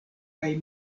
kaj